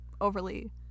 overly-